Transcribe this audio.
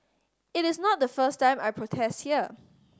it is not the first time I protest here